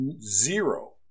zero